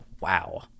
Wow